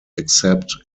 except